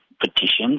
petitions